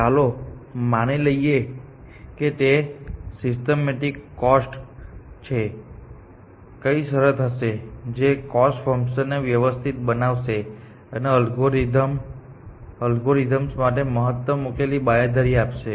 ચાલો માની લઈએ કે તે સિસ્ટેમેટિક કોસ્ટ છે કઈ શરત હશે જે કોસ્ટ ફંકશનને વ્યવસ્થિત બનાવશે અને અલ્ગોરિધમ્સ માટે મહત્તમ ઉકેલની બાંયધરી આપશે